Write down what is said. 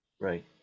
right